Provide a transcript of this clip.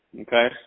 Okay